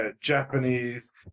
japanese